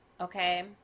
okay